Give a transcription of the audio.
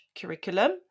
curriculum